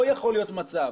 לא יכול להיות מצב